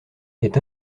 est